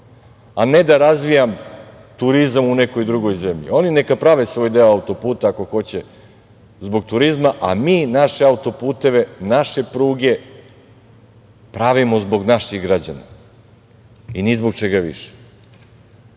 a ne da razvijamo turizam u nekoj drugoj zemlji. Oni neka prave svoj deo auto-puta, ako hoće, zbog turizma, a mi naše auto-puteve, naše pruge pravimo zbog naših građana i ni zbog čega